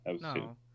no